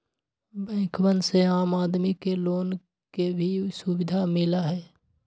बैंकवन से आम आदमी के लोन के भी सुविधा मिला हई